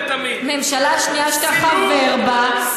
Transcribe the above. ממשלה שנייה שאתה חבר בה,